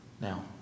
Now